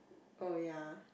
oh ya